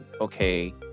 okay